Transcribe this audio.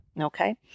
okay